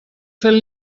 fent